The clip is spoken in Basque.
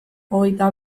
hogeita